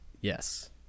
Yes